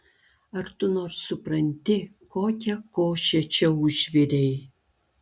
ar tu nors supranti kokią košę čia užvirei